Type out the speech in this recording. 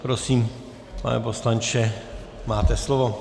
Prosím, pane poslanče, máte slovo.